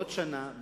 בעוד שנה,